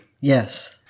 yes